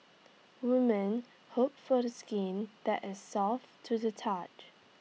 women hope for the skin that as soft to the touch